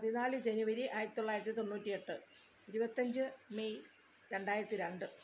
പതിനാല് ജനുവരി ആയിരത്തി തൊള്ളായിരത്തി തൊണ്ണൂറ്റി എട്ട് ഇരുപത്തഞ്ച് മെയ് രണ്ടായിരത്തി രണ്ട്